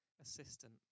assistant